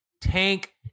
Tank